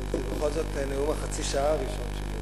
זה בכל זאת נאום החצי-שעה הראשון שלי,